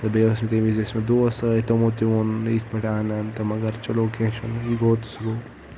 تہٕ بیٚیہِ اوس مےٚ تمہِ وِزِ ٲسۍ مےٚ دوس سۭتۍ تِمو تہِ ووٚن یتھ پٲٹھۍ ان ان تہٕ مگر چلو کینہہ چھُنہٕ یہِ گوٚو تہٕ سُہ گوٚو